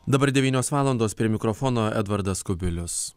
dabar devynios valandos prie mikrofono edvardas kubilius